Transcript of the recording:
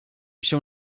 się